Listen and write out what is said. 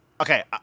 Okay